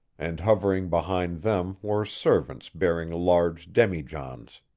and hovering behind them were servants bearing large demijohns.